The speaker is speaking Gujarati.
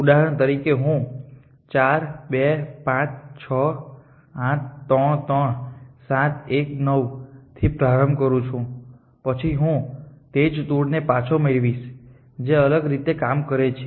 ઉદાહરણ તરીકે હું 4 2 5 6 8 3 3 7 1 9 થી પ્રારંભ કરું છું પછી હું તે જ ટૂર પાછો મેળવીશ જે અલગ રીતે કામ કરે છે